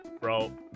bro